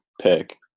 pick